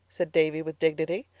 said davy with dignity.